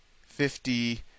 fifty